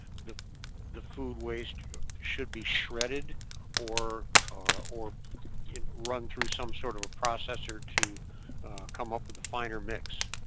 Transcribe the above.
the the food waste should be shredded or or run through some sort of a processor to come up with a finer mix?